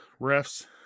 Refs